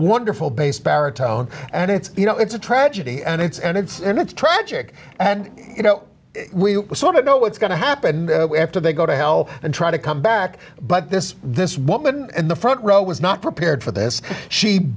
wonderful bass baritone and it's you know it's a tragedy and it's and it's and it's tragic and you know we sort of know what's going to happen after they go to hell and try to come back but this this woman in the front row was not prepared for this she